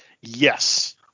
Yes